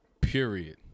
period